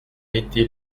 été